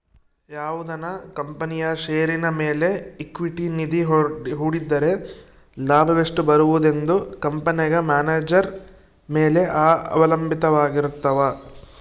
ಯಾವುದನ ಕಂಪನಿಯ ಷೇರಿನ ಮೇಲೆ ಈಕ್ವಿಟಿ ನಿಧಿ ಹೂಡಿದ್ದರೆ ಲಾಭವೆಷ್ಟು ಬರುವುದೆಂದು ಕಂಪೆನೆಗ ಮ್ಯಾನೇಜರ್ ಮೇಲೆ ಅವಲಂಭಿತವಾರಗಿರ್ತವ